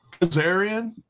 Kazarian